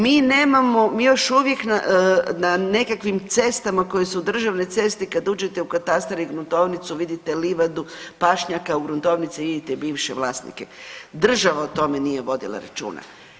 Mi nemamo, mi još uvijek na nekakvim cestama koje su državne ceste kad uđete u katastar i gruntovnicu vidite livadu, pašnjaka u gruntovnici vidite bivše vlasnike, država o tome nije vodila računa.